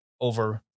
over